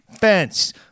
fence